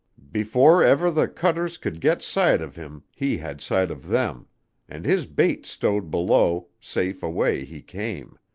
before ever the cutters could get sight of him he had sight of them and his bait stowed below, safe away he came,